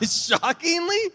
Shockingly